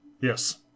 Yes